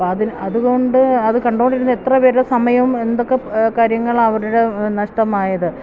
അപ്പോള് അതുകൊണ്ട് അത് കണ്ടുകൊണ്ടിരുന്ന എത്ര പേരുടെ സമയം എന്തൊക്കെ കാര്യങ്ങളാണ് അവരുടെ നഷ്ടമായത്